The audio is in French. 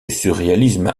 surréalisme